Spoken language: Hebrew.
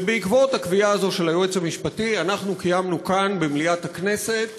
ובעקבות הקביעה הזאת של היועץ המשפטי אנחנו קיימנו כאן במליאת הכנסת